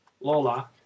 Lola